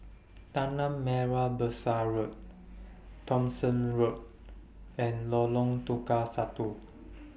Tanah Merah Besar Road Thomson Road and Lorong Tukang Satu